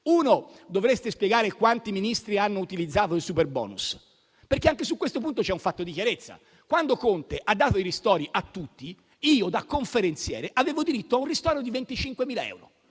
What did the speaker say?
luogo dovreste spiegare quanti Ministri hanno utilizzato il superbonus. Anche su questo punto è necessario fare chiarezza: quando Conte ha dato i ristori a tutti, io da conferenziere avevo diritto a un ristoro di 25.000 euro,